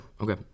Okay